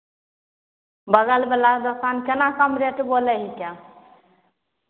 बगलवला दोकान केना कम रेट बोलै हिकै